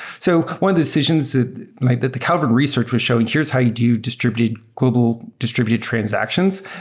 so one of the decisions that like that the calvin research was showing, here's how you do distributed global distributed transactions.